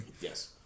Yes